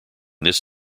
this